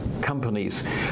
companies